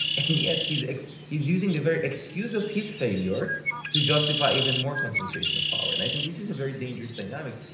and yet, he's he's using the very excuse of his failure to justify even more concentration of power. and i think this is a very dangerous dynamic.